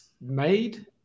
made